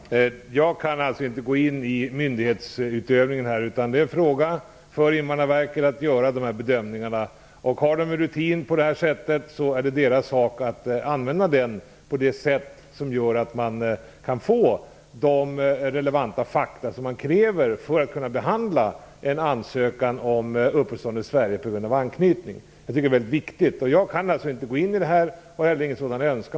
Herr talman! Jag kan alltså inte gå in i myndighetsutövningen. Det är Invandrarverkets uppgift att göra de här bedömningarna. Har de en sådan här rutin är det deras sak att använda den på ett sådant sätt att man kan få de relevanta fakta som krävs för att man skall kunna behandla en ansökan om uppehållstillstånd i Sverige på grund av anknytning. Jag tycker att det är mycket viktigt. Jag kan alltså inte gå in i detta och jag har heller ingen sådan önskan.